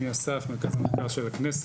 שמי אסף, מרכז המחקר והמידע של הכנסת.